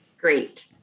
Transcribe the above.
great